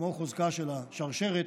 כמו חוזקה של השרשרת,